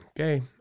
Okay